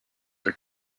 are